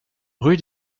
rue